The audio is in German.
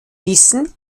wissen